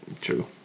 True